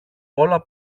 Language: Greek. όλα